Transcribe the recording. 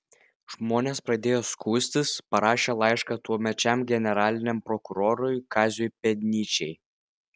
žmonės pradėjo skųstis parašė laišką tuomečiam generaliniam prokurorui kaziui pėdnyčiai